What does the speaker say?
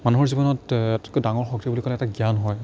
মানুহৰ জীৱনত আটাইতকৈ ডাঙৰ শক্তি বুলি ক'লে এটা জ্ঞান হয়